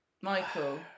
michael